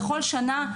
בכל שנה,